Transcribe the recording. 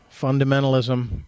fundamentalism